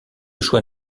choix